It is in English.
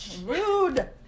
Rude